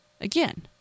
again